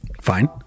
Fine